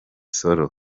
sol